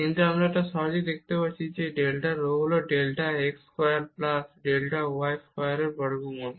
কিন্তু এটি আমরা সহজেই দেখতে পাচ্ছি কারণ এই ডেল্টা রো হল delta x square plus delta y স্কোয়ারের বর্গমূল